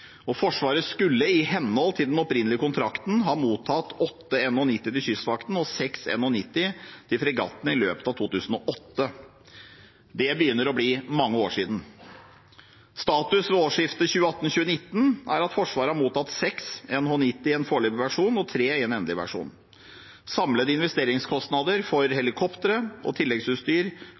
og Forsvaret skulle i henhold til den opprinnelige kontrakten ha mottatt åtte NH90 til Kystvakten og seks NH90 til fregattene i løpet av 2008. Det begynner å bli mange år siden. Status ved årsskiftet 2018/2019 er at Forsvaret har mottatt seks NH90 i en foreløpig versjon og tre i en endelig versjon. Samlede investeringskostnader for helikoptre og tilleggsutstyr,